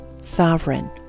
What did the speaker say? sovereign